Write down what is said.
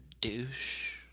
douche